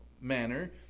manner